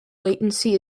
latency